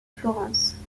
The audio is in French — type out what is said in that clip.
florence